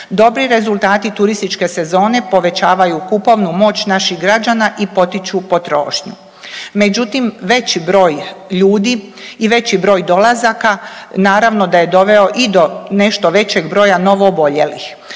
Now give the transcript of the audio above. Dobri rezultati turističke sezone povećavaju kupovnu moć naših građana i potiču potrošnju. Međutim, veći broj ljudi i veći broj dolazaka naravno da je doveo i do nešto većeg broja novooboljelih.